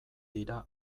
dira